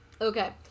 Okay